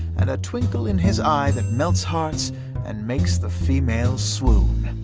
and a twinkle in his eye that melts hearts and makes the females swoon.